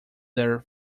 their